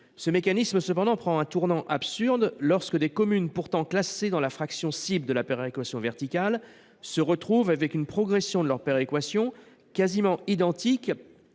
ce mécanisme prend un tournant absurde lorsque des communes pourtant classées dans la fraction cible de la péréquation verticale se retrouvent avec une progression de leur péréquation quasiment identique